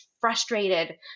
frustrated